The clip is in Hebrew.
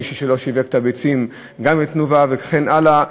מי שלא שיווק את הביצים גם ל"תנובה" וכן הלאה.